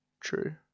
True